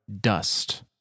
dust